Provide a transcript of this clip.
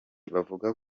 bavuga